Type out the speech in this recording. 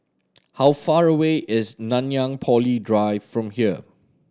how far away is Nanyang Poly Drive from here